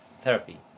therapy